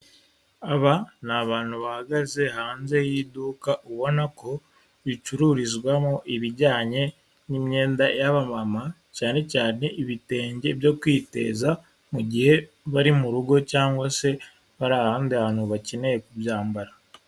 Aba ni abantu bahagaze hanze y'iduka, ubona ko ricururizwamo ibijyanye n'imyenda y'abamama, cyane cyane ibitenge byo kwiteza mu gihe bari mu rugo cyangwa se bari ahandi hantu bakeneye kubyambara.